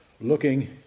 looking